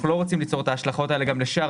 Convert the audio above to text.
לא רוצים ליצור את ההשלכות האלה גם לשאר.